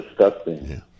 disgusting